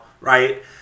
right